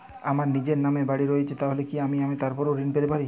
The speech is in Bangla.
আমার নিজের নামে বাড়ী রয়েছে তাহলে কি আমি তার ওপর ঋণ পেতে পারি?